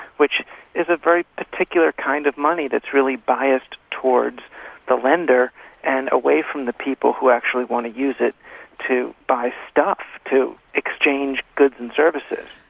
which is a very particular kind of money that's really biased towards the lender and away from the people who actually want to use it to buy stuff, to exchange goods and services.